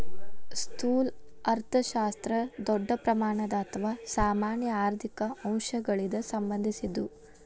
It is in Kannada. ಸ್ಥೂಲ ಅರ್ಥಶಾಸ್ತ್ರ ದೊಡ್ಡ ಪ್ರಮಾಣದ ಅಥವಾ ಸಾಮಾನ್ಯ ಆರ್ಥಿಕ ಅಂಶಗಳಿಗ ಸಂಬಂಧಿಸಿದ್ದು